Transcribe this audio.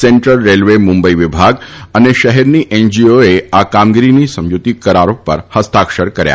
central railway Mumbai વિભાગ અને શહેરની એનજીઓએ આ કામગીરીના સમજીતી કરાર ઉપર હસ્તાક્ષર કર્યા